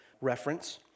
reference